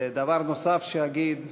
דבר נוסף שאגיד,